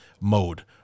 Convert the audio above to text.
mode